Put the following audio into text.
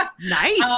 nice